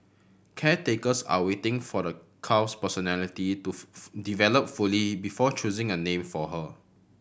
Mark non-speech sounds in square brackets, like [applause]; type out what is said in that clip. caretakers are waiting for the calf's personality to [unintelligible] develop fully before choosing a name for her